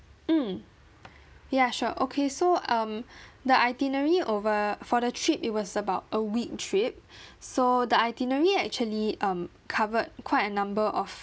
mm ya sure okay so um the itinerary over for the trip it was about a week trip so the itinerary actually um covered quite a number of